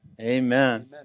Amen